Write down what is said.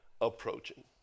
approaching